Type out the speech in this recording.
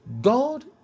God